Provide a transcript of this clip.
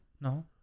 No